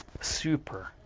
Super